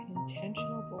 intentional